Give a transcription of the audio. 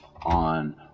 on